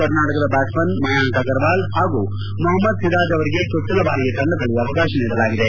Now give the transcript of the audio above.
ಕರ್ನಾಟಕದ ಬ್ಲಾಟ್ಸ್ಮನ್ ಮಾಯಾಂಕ್ ಅಗರ್ವಾಲ್ ಹಾಗೂ ಮೊಹಮ್ನದ್ ಸಿರಾಜ್ ಅವರಿಗೆ ಚೊಚ್ಚಲ ಬಾರಿಗೆ ತಂಡದಲ್ಲಿ ಅವಕಾಶ ನೀಡಲಾಗಿದೆ